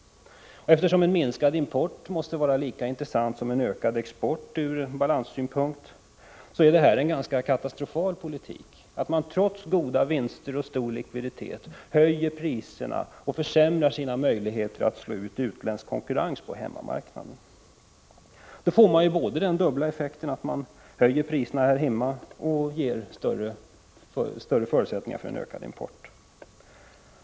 Eftersom en minskad import måste vara lika intressant som en ökad export ur balanssynpunkt, är det en ganska så katastrofal politik att man trots goda vinster och stor likviditet höjer priserna och försämrar sina möjligheter att slå ut utländska konkurrenter på hemmamarknaden. Då får man den dubbla effekten att priserna höjs här hemma och större förutsättningar skapas för ökad import.